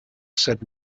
said